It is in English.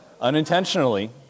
unintentionally